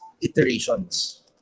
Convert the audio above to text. iterations